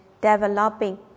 developing